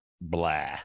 blah